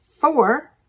four